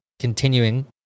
continuing